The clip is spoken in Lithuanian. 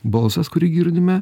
balsas kurį girdime